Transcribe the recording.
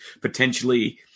potentially